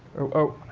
oh,